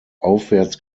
aufwärts